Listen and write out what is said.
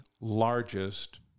largest